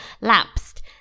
lapsed